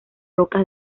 rocas